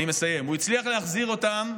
הוא הצליח להחזיר אותם,